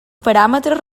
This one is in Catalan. paràmetres